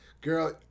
Girl